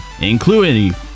including